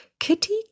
Kitty